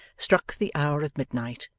struck the hour of midnight,